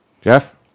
Jeff